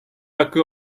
hakkı